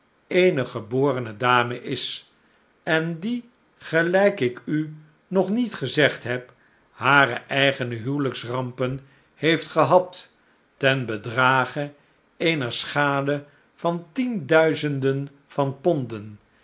eene geborene dame is en die gelijk ik u nog niet gezegd heb hare eigene huwelijksrampen heeft gehad ten bedrage eener schade van tienduizenden van ponden